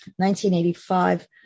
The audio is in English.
1985